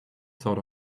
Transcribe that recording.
sort